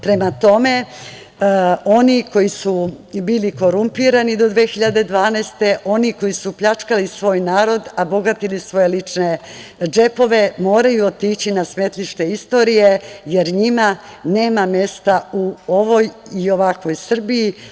Prema tome, oni koji su bili korumpirani do 2012. godine, oni koji su pljačkali svoj narod, a bogatili svoje lične džepove, moraju otići na smetlište istorije, jer njima nema mesta u ovoj i ovakvoj Srbiji.